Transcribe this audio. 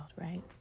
right